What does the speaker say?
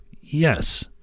Yes